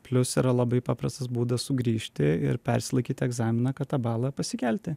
plius yra labai paprastas būdas sugrįžti ir persilaikyti egzaminą kad tą balą pasikelti